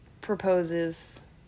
proposes